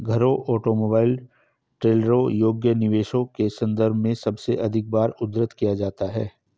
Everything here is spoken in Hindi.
घरों, ऑटोमोबाइल, ट्रेलरों योग्य निवेशों के संदर्भ में सबसे अधिक बार उद्धृत किया जाता है